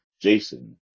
Jason